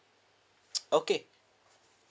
okay